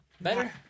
better